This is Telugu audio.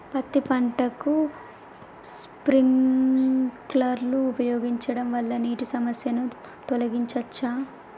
పత్తి పంటకు స్ప్రింక్లర్లు ఉపయోగించడం వల్ల నీటి సమస్యను తొలగించవచ్చా?